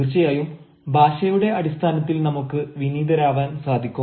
തീർച്ചയായും ഭാഷയുടെ അടിസ്ഥാനത്തിൽ നമുക്ക് വിനീതരാവാൻ സാധിക്കും